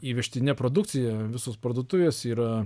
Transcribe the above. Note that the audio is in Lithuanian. įvežtine produkcija visos parduotuvės yra